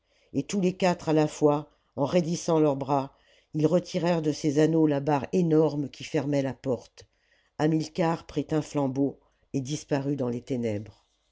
et tous les quatre à la fois en raidissant leurs bras ils retirèrent de ses anneaux la barre énorme qui fermait la porte hamilcar prit un flambeau et disparut dans les ténèbres